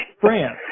France